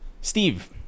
Steve